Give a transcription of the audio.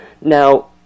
Now